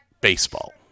baseball